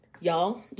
Y'all